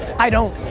i don't.